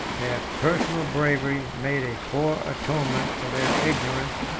their personal bravery made a poor atonement for their ignorance,